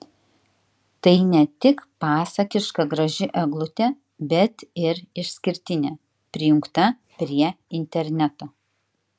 tai net tik pasakiška graži eglutė bet ir išskirtinė prijungta prie interneto